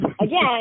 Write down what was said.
again